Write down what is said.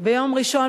ביום ראשון,